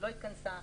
לא התכנסה,